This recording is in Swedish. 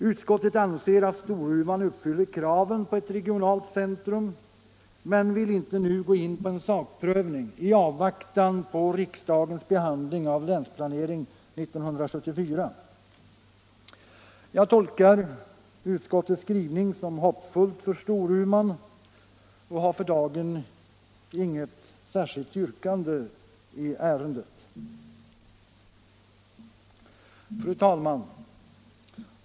Utskottet anser att Storuman uppfyller kraven på ett regionalt centrum men vill inte nu gå in på en sakprövning i avvaktan på riksdagens behandling av Länsplanering 1974. Jag tolkar utskottets skrivning som någonting hoppfullt för Storuman och har för dagen inget särskilt yrkande i ärendet. Herr talman!